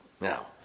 Now